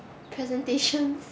presentations